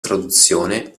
traduzione